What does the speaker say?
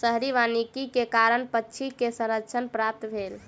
शहरी वानिकी के कारण पक्षी के संरक्षण प्राप्त भेल